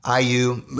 iu